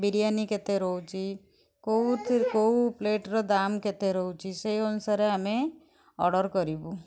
ବିରିୟାନୀ କେତେ ରହୁଛି କେଉଁଥିର କେଉଁ ପ୍ଲେଟ୍ର ଦାମ୍ କେତେ ରହୁଛି ସେଇ ଅନୁସାରେ ଆମେ ଅର୍ଡ଼ର୍ କରିବୁ